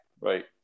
right